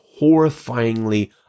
horrifyingly